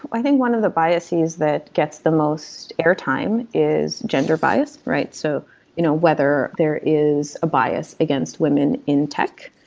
i think one of the biases that gets the most air time is gender bias. so you know whether there is a bias against women in tech,